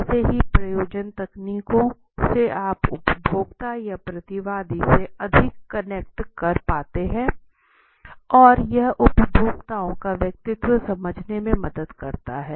ऐसे ही प्रयोजन तकनीकों से आप उपभोक्ता या प्रतिवादी से अधिक कनेक्ट कर पाते हैं और यह उपभोक्ताओं का व्यक्तित्व समझने में मदद करता है